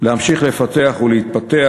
להמשיך לפתח ולהתפתח,